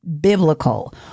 biblical